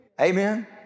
Amen